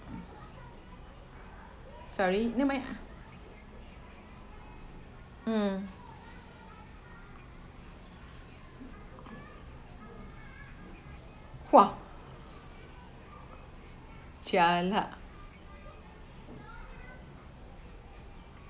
sorry never mind um !wah! jia lat